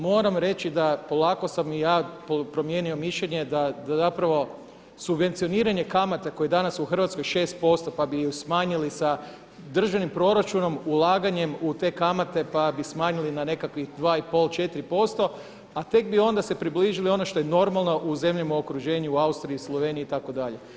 Moramo reći da polako sam i ja promijenio mišljenje da zapravo subvencioniranje kamate koja je danas u Hrvatskoj 6% pa bi ju smanjili sa državnim proračunom, ulaganjem u te kamate pa bi smanjili na nekakvih 2,5, 4% a tek bi onda se približili ono što je normalno u zemljama okruženja Austriji, Sloveniji itd.